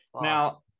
Now